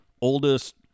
oldest